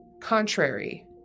contrary